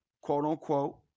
quote-unquote